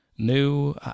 new